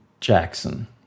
Jackson